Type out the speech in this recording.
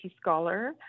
scholar